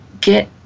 get